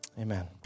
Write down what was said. Amen